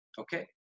okay